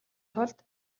тулд